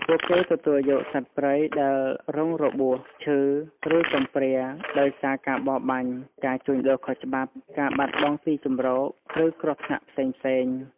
ពួកគេទទួលយកសត្វព្រៃដែលរងរបួស ឈឺ ឬកំព្រាដោយសារការបរបាញ់ ការជួញដូរខុសច្បាប់ ការបាត់បង់ទីជម្រក ឬគ្រោះថ្នាក់ផ្សេងៗ។